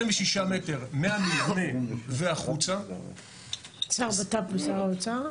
26 מטר מהמבנה והחוצה --- אלה שר הבט"פ ושר האוצר?